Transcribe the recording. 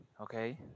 okay